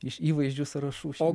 iš įvaizdžių sąrašų